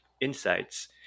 insights